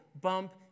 bump